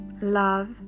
love